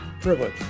privilege